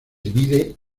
divide